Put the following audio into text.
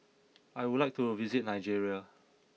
I would like to visit Nigeria